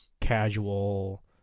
casual